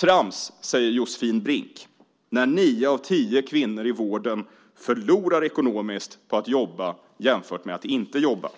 Trams, säger Josefin Brink, när nio av tio kvinnor i vården förlorar ekonomiskt på att jobba jämfört med att inte jobba.